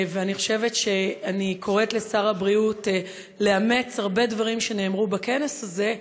ואני קוראת לשר הבריאות לאמץ הרבה דברים שנאמרו בכנס הזה,